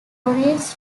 donates